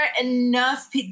enough